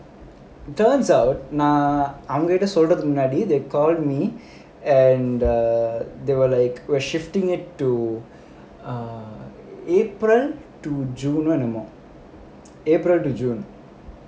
turns out நான் அவங்க கிட்ட சொல்றதுக்கு முன்னாடி:naan avanga kitta solrathukku munnaadi they called me and err they were like we are shifting it to err april to june [one] april to june